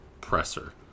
presser